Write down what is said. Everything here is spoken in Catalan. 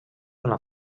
una